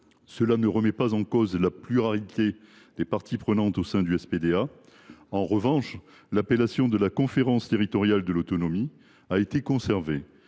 Cela ne remet pas en cause la pluralité des parties prenantes au sein de ce service public. En revanche, l’appellation de conférence territoriale de l’autonomie a été conservée.